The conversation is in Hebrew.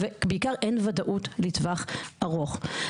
ובעיקר אין ודאות לטווח ארוך.